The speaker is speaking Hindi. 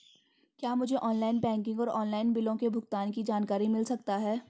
क्या मुझे ऑनलाइन बैंकिंग और ऑनलाइन बिलों के भुगतान की जानकारी मिल सकता है?